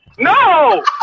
No